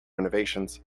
renovations